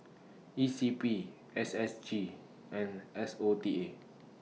E C P S S G and S O T A